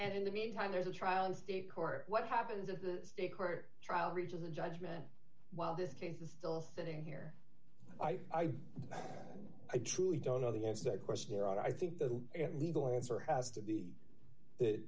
and in the meantime there's a trial in state court what happens if the state court trial reaches a judgment while this case is still fitting here i i truly don't know the answer of course here i think the legal answer has to be that